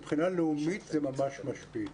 מבחינה לאומית זה ממש משפיל.